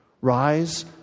Rise